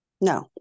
No